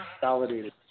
validated